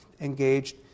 engaged